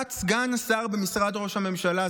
לשכת סגן השר במשרד ראש הממשלה,